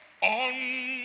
On